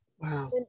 Wow